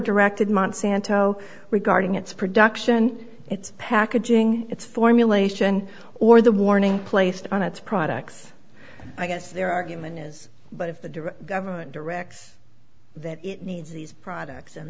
directed monsanto regarding its production its packaging its formulation or the warning placed on its products i guess their argument is but if the direct government directs that it needs these products and